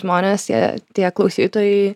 žmonės jie tie klausytojai